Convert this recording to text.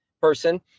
person